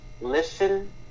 listen